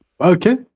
Okay